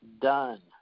done